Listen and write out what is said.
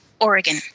Oregon